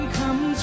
come